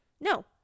No